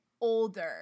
older